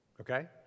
Okay